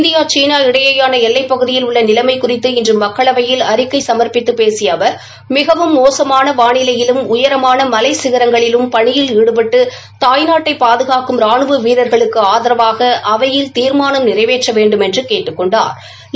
இந்திய சீனா இடையேயான எல்லை பகுதியில் உள்ள நிலைமை குறித்து இன்று மக்களவையில் அறிக்கை சமாப்பித்து பேசிய அவா மிகவும் மோசமான வானிலையிலும் உயரமான மலை சிகரங்களிலும் பணியில் ஈடுபட்டு தாய்நாட்டை பாதுகாக்கும் ரானுவ வீரர்களுக்கு ஆதரவாக அவையில் தீர்மானம் நிறைவேற்ற வேண்டுமென்று கேட்டுக் கொண்டாா்